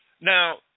Now